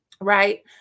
right